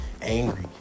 angry